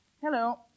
Hello